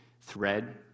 thread